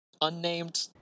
unnamed